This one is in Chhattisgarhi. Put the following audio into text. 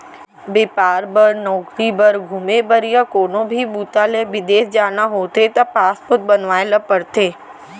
बेपार बर, नउकरी बर, घूमे बर य कोनो भी बूता ले बिदेस जाना होथे त पासपोर्ट बनवाए ल परथे